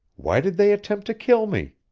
why did they attempt to kill me?